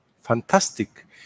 fantastic